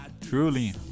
truly